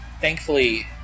Thankfully